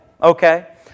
Okay